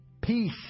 peace